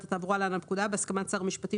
התעבורה (להלן הפקודה) בהסכמת שר המשפטים